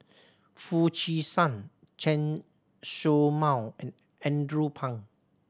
Foo Chee San Chen Show Mao and Andrew Phang